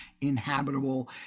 inhabitable